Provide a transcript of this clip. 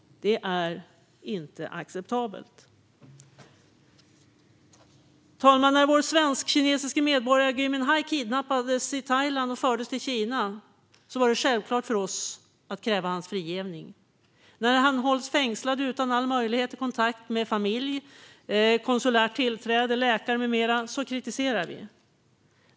Det är inte acceptabelt. Fru talman! När vår svensk-kinesiske medborgare Gui Minhai kidnappades i Thailand och fördes till Kina var det självklart för oss att kräva hans frigivning. När han hålls fängslad utan all möjlighet till kontakt med familj, konsulärt tillträde, läkarkontakt med mera kritiserar vi det.